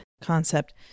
concept